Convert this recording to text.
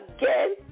again